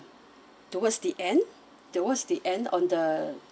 towards the end towards the end on the